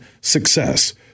success